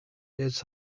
its